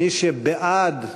מי שבעד,